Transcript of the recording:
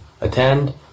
attend